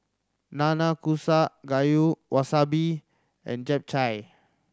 Nanakusa Gayu Wasabi and Japchae